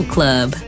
Club